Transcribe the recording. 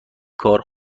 کار